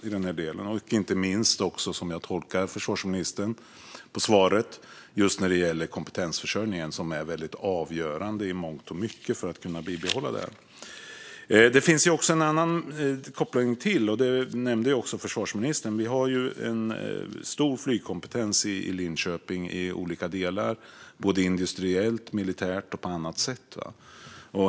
Inte minst gäller det kompetensförsörjningen, så som jag tolkar svaret från ministern, som är väldigt avgörande i mångt och mycket för att kunna bibehålla detta. Det finns en koppling till, som också försvarsministern nämnde. Vi har ju en stor flygkompetens i Linköping, både industriellt och militärt och på andra sätt.